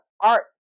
art